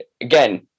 Again